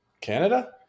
Canada